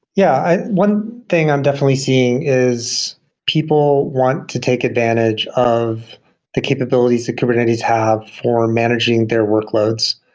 yeah, one thing i'm definitely seeing is people want to take advantage of the capabilities that kubernetes have for managing their workloads.